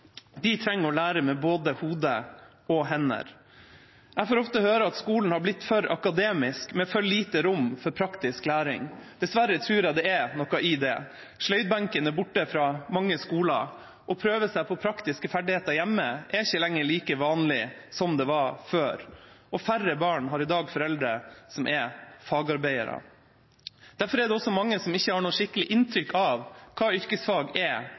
De trenger å lære med både hode og hender. Jeg får ofte høre at skolen har blitt for akademisk, med for lite rom for praktisk læring. Dessverre tror jeg det er noe i det. Sløydbenken er borte fra mange skoler. Å prøve seg på praktiske ferdigheter hjemme er ikke like vanlig som det var før, og færre barn har i dag foreldre som er fagarbeidere. Derfor er det også mange som ikke har noe skikkelig inntrykk av hva yrkesfag er,